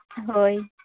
ᱦᱳᱭ